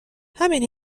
همین